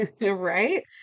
right